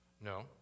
No